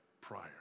prior